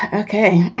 ah okay